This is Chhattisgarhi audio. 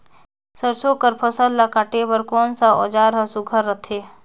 सरसो कर फसल ला काटे बर कोन कस औजार हर सुघ्घर रथे?